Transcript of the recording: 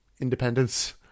independence